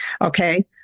okay